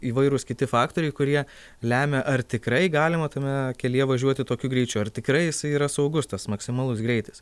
įvairūs kiti faktoriai kurie lemia ar tikrai galima tame kelyje važiuoti tokiu greičiu ar tikrai jisai yra saugus tas maksimalus greitis